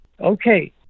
okay